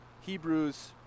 Hebrews